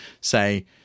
say